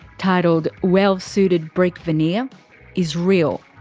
titled well suited brick veneer is real.